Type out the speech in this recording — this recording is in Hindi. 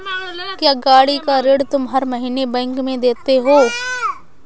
क्या, गाड़ी का ऋण तुम हर महीने बैंक में देते हो?